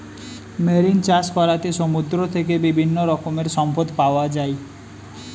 marine চাষ করাতে সমুদ্র থেকে বিভিন্ন রকমের সম্পদ পাওয়া যায়